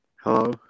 Hello